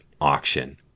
auction